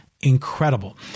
incredible